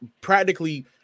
practically